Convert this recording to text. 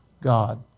God